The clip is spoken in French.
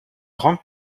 grande